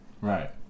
right